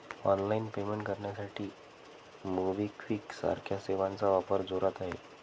online payment करण्यासाठी मोबिक्विक सारख्या सेवांचा वापर जोरात आहे